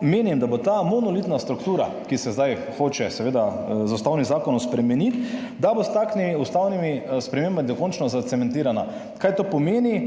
menim, da bo ta monolitna struktura, ki se zdaj hoče seveda z ustavnim zakonom spremeniti, s takšnimi ustavnimi spremembami dokončno zacementirana. Kaj to pomeni?